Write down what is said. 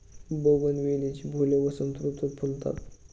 बोगनवेलीची फुले वसंत ऋतुत फुलतात